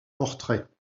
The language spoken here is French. portrait